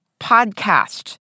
podcast